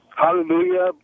Hallelujah